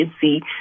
see